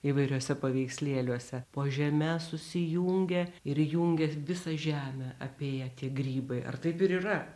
įvairiuose paveikslėliuose po žeme susijungia ir jungia visą žemę apie ją tie grybai ar taip ir yra